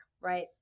right